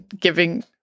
giving